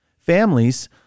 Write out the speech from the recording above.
Families